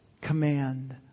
command